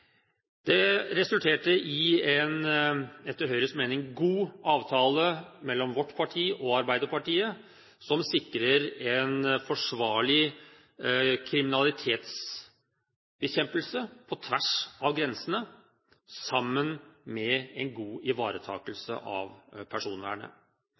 Det resulterte i en – etter Høyres mening – god avtale mellom vårt parti og Arbeiderpartiet, som sikrer en forsvarlig kriminalitetsbekjempelse på tvers av grensene, sammen med en god